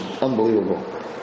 unbelievable